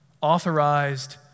authorized